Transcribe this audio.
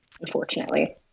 unfortunately